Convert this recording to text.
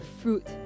fruit